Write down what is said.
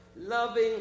loving